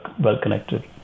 well-connected